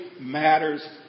matters